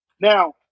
Now